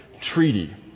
treaty